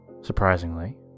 Surprisingly